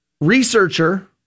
researcher